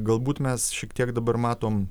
gal būt mes šiek tiek dabar matom